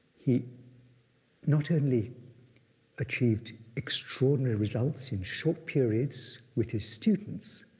he not only achieved extraordinary results in short periods with his students,